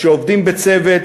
שעובדים בצוות,